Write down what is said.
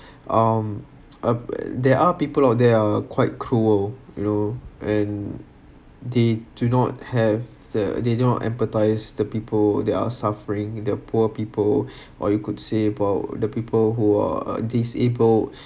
um uh there are people out they are quite cruel you know and they do not have the they do not empathise the people they are suffering they’re poor people or you could say about the people who are disabled